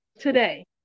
today